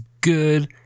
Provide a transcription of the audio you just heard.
good